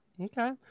okay